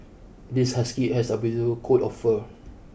this husky has a beautiful coat of fur